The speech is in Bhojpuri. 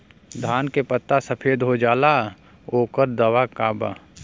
धान के पत्ता सफेद हो जाला ओकर दवाई का बा?